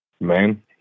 Man